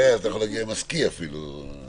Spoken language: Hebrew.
כן, אתה יכול להגיע עם הסקי אפילו חופשי.